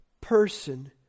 person